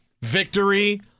Victory